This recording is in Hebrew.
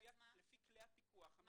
על פי כלי הפיקוח המעולים שיש לנו.